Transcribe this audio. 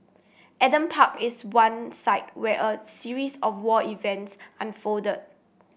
Adam Park is one site where a series of war events unfolded